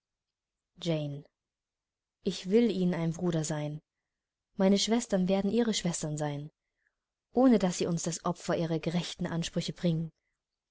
ich will ihnen ein bruder sein meine schwestern werden ihre schwestern sein ohne daß sie uns das opfer ihrer gerechten ansprüche bringen